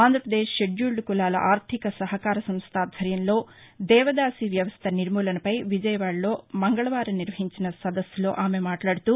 Andhra Pradesh schedule కులాల ఆర్థిక సహకార సంస్థ ఆధ్వర్యంలో దేవదాసి వ్యవస్త నిర్మూలనపై విజయవాడలో మంగళవారం నిర్వహించిన సదస్సులో ఆమె మాట్లాడుతూ